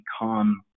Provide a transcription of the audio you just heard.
become